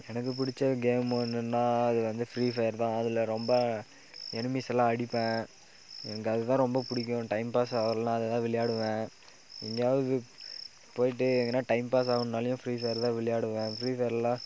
எனக்கு பிடிச்ச கேம்மு என்னென்னா அது வந்து ஃப்ரீஃபயர் தான் அதில் ரொம்ப எனிமிஸ் எல்லா அடிப்பேன் எனக்கு அது தான் ரொம்ப பிடிக்கும் டைம்பாஸ் ஆவல்னா அதை தான் விளையாடுவேன் எங்கேயாவுது போயிவிட்டு எங்கன்னா டைம்பாஸ் ஆவல்னாலையும் ஃப்ரீஃபயர் தான் விளையாடுவேன் ஃப்ரீஃபயரில்